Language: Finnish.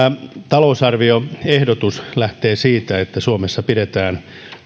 talousarvioehdotus lähtee siitä että suomessa pidetään